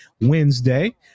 Wednesday